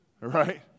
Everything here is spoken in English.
right